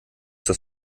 das